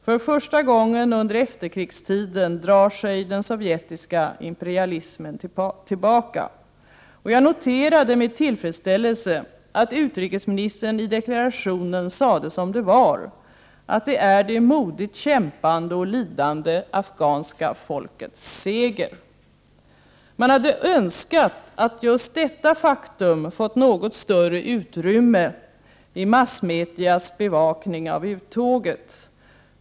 För första gången under efterkrigstiden drar sig den sovjetiska imperialismen tillbaka. Jag noterade med tillfredsställelse att utrikesministern i deklarationen sade som det var: att detta är det modigt kämpande och lidande afghanska folkets seger. Man hade önskat att just detta faktum fått något större utrymme i massmedias bevakning av uttåget.